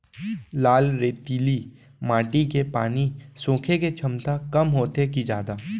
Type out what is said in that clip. लाल रेतीली माटी के पानी सोखे के क्षमता कम होथे की जादा?